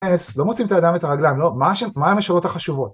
אס, לא מוצאים את האדם ואת הרגליים, לא, מה המשאלות החשובות?